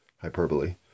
Hyperbole